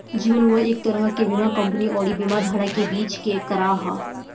जीवन बीमा एक तरह के बीमा कंपनी अउरी बीमा धारक के बीच के करार ह